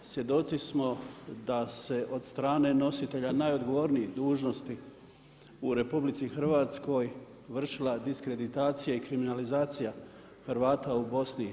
Svjedoci smo da se od strane nositelja najodgovornijih dužnosti u RH vršila diskreditacija i kriminalizacija Hrvata u BIH.